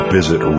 Visit